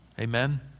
Amen